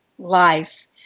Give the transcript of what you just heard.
Life